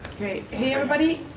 hi everybody.